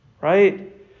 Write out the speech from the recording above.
Right